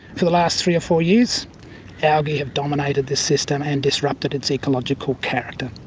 for the last three or four years algae have dominated this system and disrupted its ecological character.